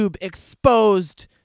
exposed